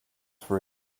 for